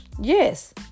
Yes